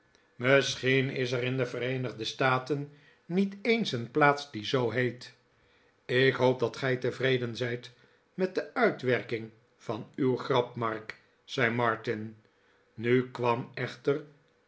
misschien is er in de vereenigde staten niet eens een plaats die zoo heet ik hoop dat gij tevreden zijt met de uitwerking van uw grap mark zei martin nu kwam echter